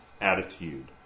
attitude